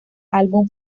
álbum